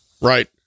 Right